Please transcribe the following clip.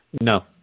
No